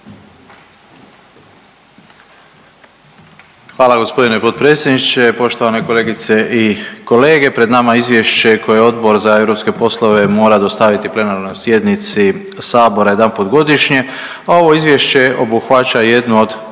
Hvala gospodine potpredsjedniče. Poštovane kolegice i kolege, pred nama je izvješće koje Odbor za europske poslove mora dostaviti plenarnoj sjednici sabora jedanput godišnje, a ovo izvješće obuhvaća jednu od